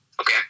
okay